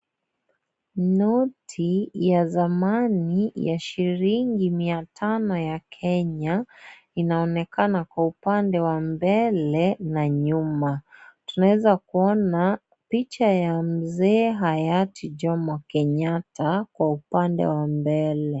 Noti ya zamani ya shilingi mia tano ya Kenya inaonekana Kwa upande wa mbele na nyuma. Tunaeza kuona picha ya Mzee hayati Jomo Kenyatta Kwa upande wa mbele.